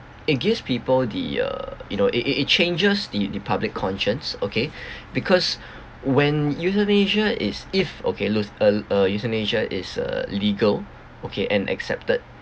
it gives people the uh you know it it it changes the the public conscience okay because when euthanasia is if okay los~ uh uh euthanasia is uh legal okay and accepted